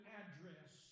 address